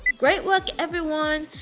great work everyone!